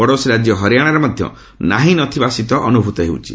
ପଡ଼ୋଶୀ ରାଜ୍ୟ ହରିୟାଣାରେ ମଧ୍ୟ ନାହିଁ ନ ଥିବା ଶୀତ ଅନୁଭୂତ ହେଉଛି